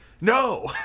No